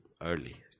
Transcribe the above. early